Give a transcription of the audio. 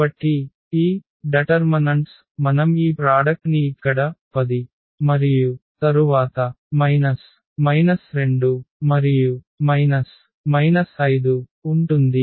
కాబట్టి ఈ డెటర్మనెంట్స్ మనం ఈ ప్రాడక్ట్ ని ఇక్కడ 10 మరియు తరువాత 2 మరియు 5 ఉంటుంది